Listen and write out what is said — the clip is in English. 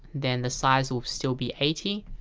then the size will still be eighty.